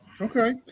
Okay